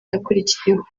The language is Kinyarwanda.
yakurikiyeho